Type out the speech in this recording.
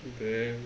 what the hell